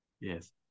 Yes